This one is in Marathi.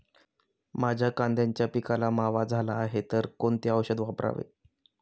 माझ्या कांद्याच्या पिकाला मावा झाला आहे तर कोणते औषध वापरावे?